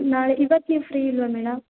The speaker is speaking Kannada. ನಾಳೆ ಇವತ್ತು ನೀವು ಫ್ರೀ ಇಲ್ಲವ ಮೇಡಮ್